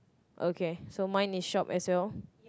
okay so mine is shop as well